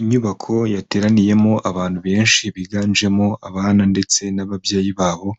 Inyubako yateraniyemo abantu benshi biganjemo abana ndetse n'ababyeyi babo,